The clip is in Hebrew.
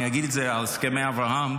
אני אגיד את זה על הסכמי אברהם,